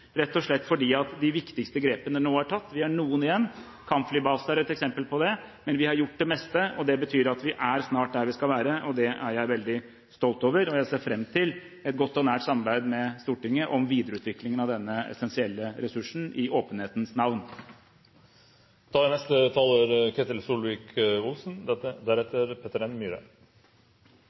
rett og slett fordi de viktigste grepene nå er tatt. Vi har noen igjen – kampflybase er et eksempel på det – men vi har gjort det meste, og det betyr at vi er snart der vi skal være. Det er jeg veldig stolt over, og jeg ser fram til et godt og nært samarbeid med Stortinget om videreutviklingen av denne essensielle ressursen – i åpenhetens navn.